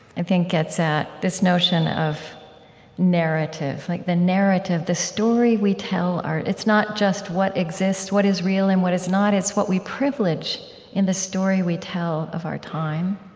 i think, gets at this notion of narrative. like, the narrative, the story we tell our it's not just what exists, what is real and what is not it's what we privilege in the story we tell of our time,